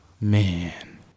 man